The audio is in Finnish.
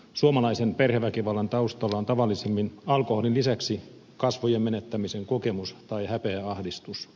suomalaisen perheväkivallan taustalla on tavallisimmin alkoholin lisäksi kasvojen menettämisen kokemus tai häpeäahdistus